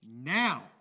Now